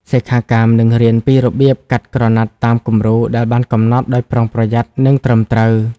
សិក្ខាកាមនឹងរៀនពីរបៀបកាត់ក្រណាត់តាមគំរូដែលបានកំណត់ដោយប្រុងប្រយ័ត្ន និងត្រឹមត្រូវ។